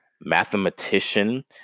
mathematician